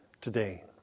today